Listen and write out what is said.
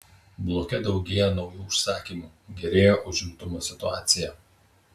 bloke daugėja naujų užsakymų gerėja užimtumo situacija